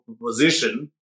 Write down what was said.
position